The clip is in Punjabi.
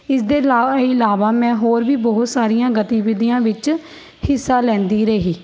ਇਸ ਦੇ ਲਾ ਇਲਾਵਾ ਮੈਂ ਹੋਰ ਵੀ ਬਹੁਤ ਸਾਰੀਆਂ ਗਤੀਵਿਧੀਆਂ ਵਿੱਚ ਹਿੱਸਾ ਲੈਂਦੀ ਰਹੀ